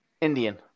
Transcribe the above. Indian